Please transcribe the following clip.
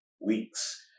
weeks